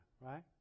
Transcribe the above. right